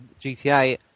GTA